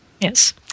Yes